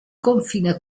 confine